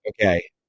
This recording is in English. Okay